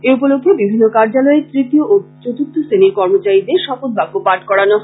এ উপলক্ষে বিভিন্ন কার্যালয়ের তৃতীয় ও চতুর্থ শ্রেনীর কর্মচারীদের শপথবাক্য পাঠ করানো হয়